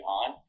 on